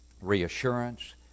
reassurance